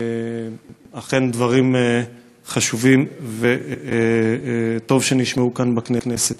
אכן דברים חשובים, וטוב שנשמעו כאן, בכנסת.